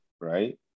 right